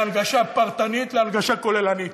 מהנגשה פרטנית להנגשה כוללנית.